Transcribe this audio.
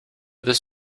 this